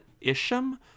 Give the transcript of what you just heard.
Isham